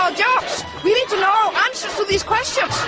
um jobs? we need to know answers to these questions.